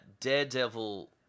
Daredevil